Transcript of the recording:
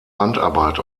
handarbeit